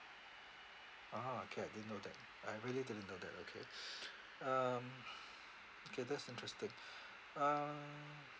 ah okay I didn't know that I really didn't know that okay um K that's interesting uh